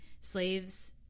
Slaves